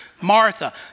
Martha